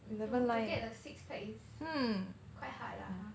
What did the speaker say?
to to get a six pack is quite hard lah har